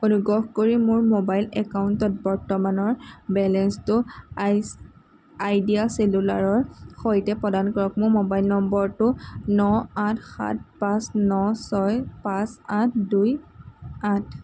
অনুগ্ৰহ কৰি মোৰ মোবাইল একাউণ্টত বৰ্তমানৰ বেলেঞ্চটো আইচ আইডিয়া চেলুলাৰৰ সৈতে প্ৰদান কৰক মোৰ মোবাইল নম্বৰটো ন আঠ সাত পাঁচ ন ছয় পাঁচ আঠ দুই আঠ